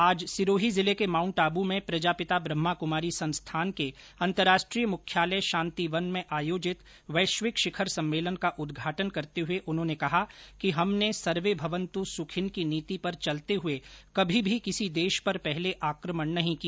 आज सिरोही जिले के माउंटआबू में प्रजापिता ब्रम्हाकुमारी संस्थान के अंतर्राष्ट्रीय मुख्यालय शांतिवन में आयोजित वैश्विक शिखर सम्मेलन का उद्घाटन करते हुए उन्होंने कहा कि हमने सर्वेभवन्तु सुखिन की नीति पर चलते हुए कभी भी किसी देश पर पहले आकमण नहीं किया